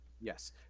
Yes